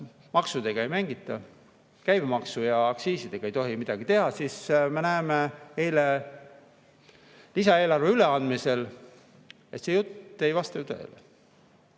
maksudega ei mängita, käibemaksu ja aktsiisidega ei tohi midagi teha, siis me nägime eile lisaeelarve üleandmisel, et see jutt ei vasta tõele.